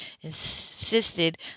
insisted